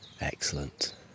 Excellent